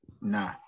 Nah